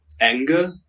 anger